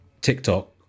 TikTok